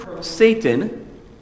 Satan